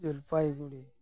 Jalpaiguri